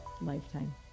lifetime